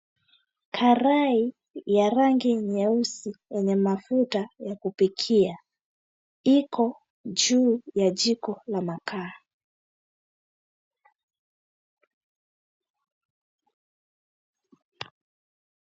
Karai ya rangi nyeusi yenye mafuta ya kupikia. Iko juu ya jiko la makaa.